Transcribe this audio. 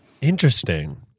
Interesting